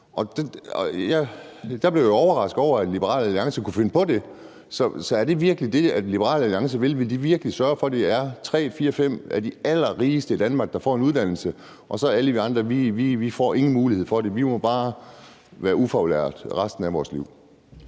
Jeg blev overrasket over, at Liberal Alliance kunne finde på det. Så er det virkelig det, Liberal Alliance vil? Vil Liberal Alliance virkelig sørge for, at det er tre, fire eller fem af de allerrigeste i Danmark, der får en uddannelse, og at alle vi andre ingen mulighed får for det og bare må være ufaglærte resten af vores liv?